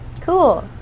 Cool